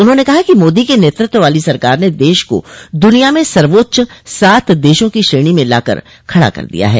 उन्होंने कहा कि मोदी के नेतृत्व वाली सरकार ने देश को दुनिया में सर्वोच्च सात देशों की श्रेणी में लाकर खड़ा कर दिया है